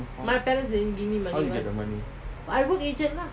how you get the money